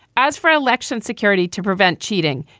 as for election security to prevent cheating.